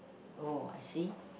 oh I see